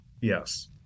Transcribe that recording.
Yes